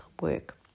work